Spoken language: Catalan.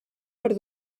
per